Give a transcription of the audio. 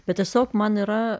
bet tiesiog man yra